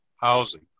housing